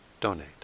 donate